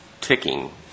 ticking